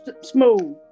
smooth